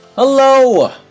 Hello